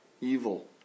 evil